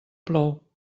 plou